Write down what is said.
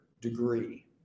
degree